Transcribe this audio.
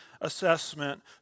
assessment